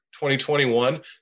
2021